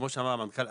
כמו שאמר המנכ"ל,